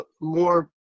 more